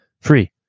free